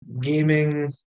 gaming